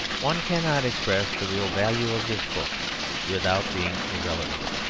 one cannot express the real value of this book without being irrelevant.